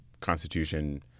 Constitution